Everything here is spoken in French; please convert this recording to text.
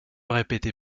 répétez